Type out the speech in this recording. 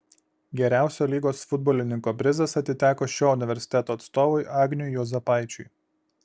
geriausio lygos futbolininko prizas atiteko šio universiteto atstovui agniui juozapaičiui